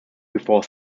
before